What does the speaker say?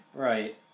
Right